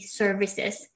services